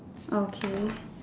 okay